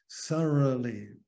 thoroughly